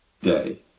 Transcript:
day